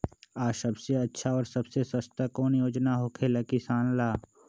आ सबसे अच्छा और सबसे सस्ता कौन योजना होखेला किसान ला?